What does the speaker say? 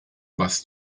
was